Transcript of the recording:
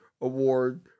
award